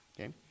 Okay